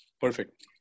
Perfect